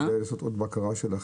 אני חושב שכדאי לעשות עוד בקרה שלכם,